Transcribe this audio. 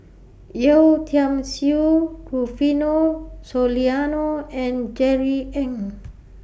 Yeo Tiam Siew Rufino Soliano and Jerry Ng